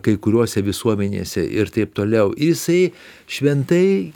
kai kuriose visuomenėse ir taip toliau jisai šventai